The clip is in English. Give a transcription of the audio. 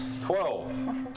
Twelve